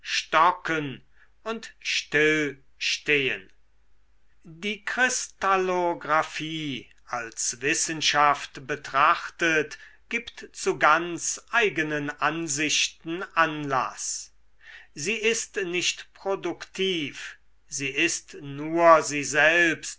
stocken und stillstehen die kristallographie als wissenschaft betrachtet gibt zu ganz eigenen ansichten anlaß sie ist nicht produktiv sie ist nur sie selbst